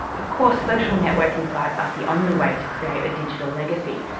of course, social networking sites aren't the only way to create a digital legacy.